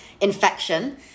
infection